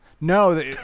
No